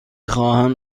خواهم